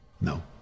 No